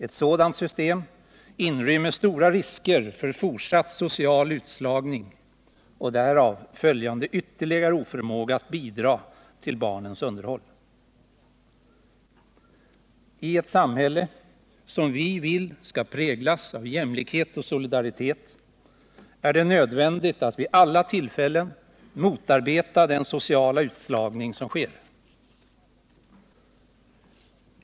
Ett sådant system inrymmer stora risker för fortsatt social utslagning och därav följande ytterligare oförmåga att bidra till barnens underhåll. I ett samhälle, som vi vill skall präglas av jämlikhet och solidaritet, är det nödvändigt att vid alla tillfällen motarbeta den sociala utslagning som sker.